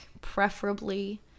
preferably